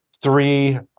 three